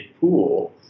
pool